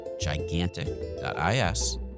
gigantic.is